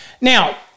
now